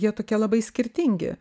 jie tokie labai skirtingi